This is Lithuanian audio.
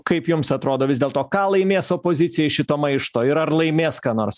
kaip jums atrodo vis dėlto ką laimės opozicija iš šito maišto ir ar laimės ką nors